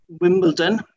wimbledon